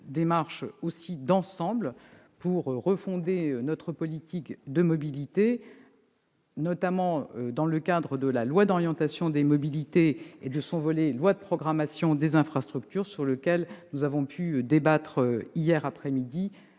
démarche d'ensemble pour refonder notre politique de mobilités, notamment dans le cadre de la loi d'orientation des mobilités et de son volet loi de programmation des infrastructures, sur lequel nous avons débattu hier après-midi,